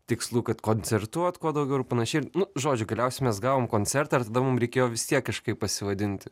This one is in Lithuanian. tikslų kad koncertuot kuo daugiau ir panašiai žodžiu galiausiai mes gavom koncertą ir tada mum reikėjo vis tiek kažkaip pasivadinti